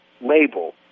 label